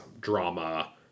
drama